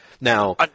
now